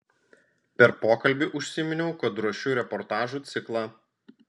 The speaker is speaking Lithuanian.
per pokalbį užsiminiau kad ruošiu reportažų ciklą